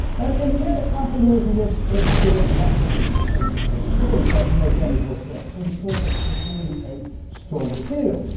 um in the year that i've been using this, it's still one hundred percent okay. there is no damage whatsoever, so the pertex is really a strong material.